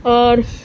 اور